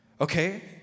Okay